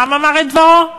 העם אמר את דברו.